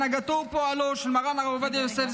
הנהגתו ופועלו של מרן הרב עובדיה יוסף,